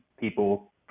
people